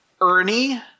Ernie